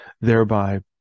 thereby